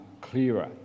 clearer